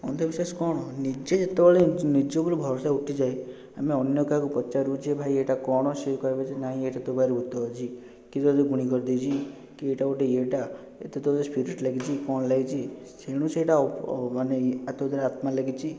ଅନ୍ଧବିଶ୍ୱାସ କ'ଣ ନିଜେ ଯେତେବେଳେ ନିଜ ଉପରକୁ ଭରଷା ଉଠିଯାଏ ଆମେ ଅନ୍ୟ କାହାକୁ ପଚାରୁ ଯେ ଭାଇ ଏଇଟା କ'ଣ ସିଏ କହିବ ଯେ ଏଇଟା ତୋ ପାଖରେ ଭୂତ ଅଛି କିଏ ତୋତେ ଗୁଣି କରିଦେଇଛି କି ଏଇଟା ଗୋଟେ ଇଏଟା ଏ ତୋତେ ସ୍ପିରିଟ ଲାଗିଛି କ'ଣ ଲାଗିଛି ସେଣୁ ସେଇଟା ମାନେ ଏ ତୋ ଦେହରେ ଆତ୍ମା ଲାଗିଛି